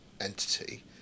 entity